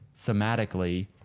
thematically